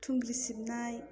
थुंग्रि सिबनाय